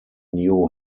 new